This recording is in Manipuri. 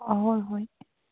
ꯍꯣꯏ ꯍꯣꯏ